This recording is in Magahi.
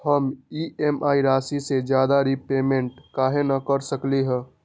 हम ई.एम.आई राशि से ज्यादा रीपेमेंट कहे न कर सकलि ह?